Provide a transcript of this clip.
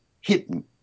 hidden